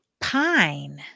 Pine